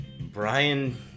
Brian